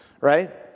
right